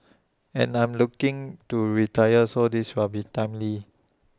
and I am looking to retire so this will be timely